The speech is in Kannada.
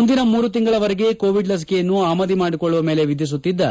ಮುಂದಿನ ಮೂರು ತಿಂಗಳುವರೆಗೆ ಕೋವಿಡ್ ಲಿಕೆಯನ್ನು ಆಮದು ಮಾಡಿಕೊಳ್ಳುವ ಮೇಲೆ ವಿಧಿಸುತ್ತಿದ್ದ